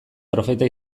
profeta